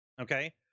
Okay